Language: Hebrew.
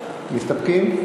מסתפקים?